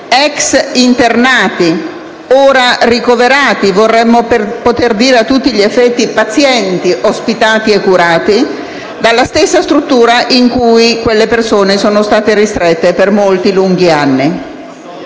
ex internati, ora ricoverati, vorremmo poter dire a tutti gli effetti pazienti ospitati e curati, dalla stessa struttura in cui quelle persone sono state ristrette per molti lunghi anni.